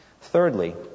Thirdly